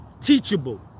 teachable